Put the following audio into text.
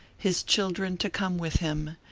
his children to come with him,